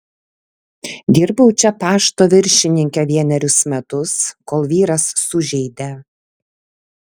dirbau čia pašto viršininke vienerius metus kol vyras sužeidė